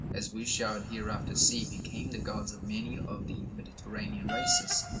as we shall hereafter see, became the gods of many of the mediterranean races.